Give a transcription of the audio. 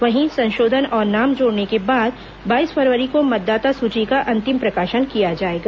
वहीं संशोधन और नाम जोड़ने के बाद बाईस फरवरी को मतदाता सूची का अंतिम प्रकाशन किया जाएगा